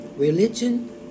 Religion